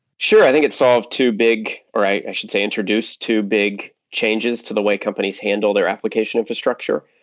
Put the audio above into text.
sure. i think it solved too big, right? i should say introduced two big changes to the way companies handle their application infrastructure.